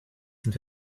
sind